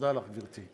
תודה לך, גברתי.